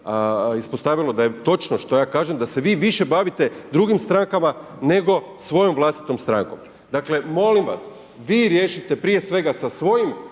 ispostavilo da je točno što ja kažem, da se vi više bavite drugim strankama nego svojom vlastitom strankom. Dakle molim vas, vi riješite prije svega sa svojim